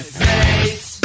face